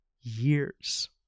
years